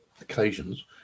occasions